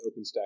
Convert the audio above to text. OpenStack